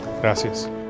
Gracias